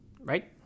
right